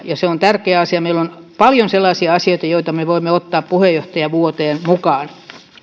se on tärkeä asia meillä on paljon sellaisia asioita joita me voimme ottaa puheenjohtajavuoteen mukaan